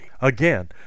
Again